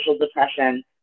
depression